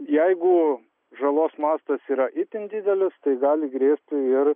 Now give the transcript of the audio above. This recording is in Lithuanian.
jeigu žalos mastas yra itin didelis tai gali grėsti ir